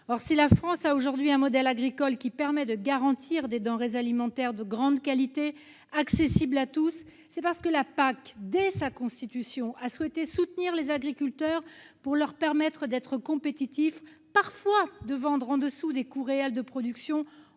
Or, si la France a aujourd'hui un modèle agricole qui permet de garantir des denrées alimentaires de grande qualité, accessibles à tous, c'est parce que la PAC, dès sa constitution, a souhaité soutenir les agriculteurs pour leur permettre d'être compétitifs, parfois en vendant au-dessous des coûts réels de production,